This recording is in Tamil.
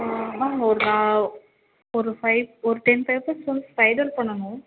மேம் ஒரு ஒரு ஃபைவ் ஒரு டென் பேப்பர்ஸ் வந்து ஸ்பைரல் பண்ணணும்